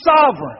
sovereign